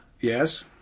Yes